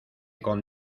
con